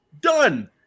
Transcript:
done